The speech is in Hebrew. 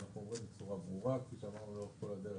ואנחנו אומרים בצורה ברורה כפי שאמרנו לאורך כל הדרך,